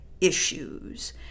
issues